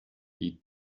die